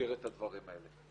שיסדיר את הדברים האלה.